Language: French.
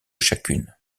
chacune